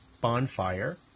Bonfire